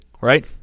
right